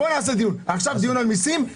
הם עשו תהליכים נוספים.